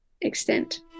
extent